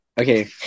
Okay